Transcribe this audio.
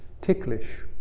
ticklish